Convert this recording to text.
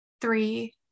three